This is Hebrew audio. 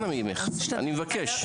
אנא ממך אני מבקש.